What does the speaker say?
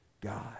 God